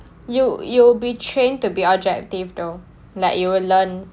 you you be trained to be objective though like you will learn